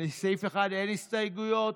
אין הסתייגויות.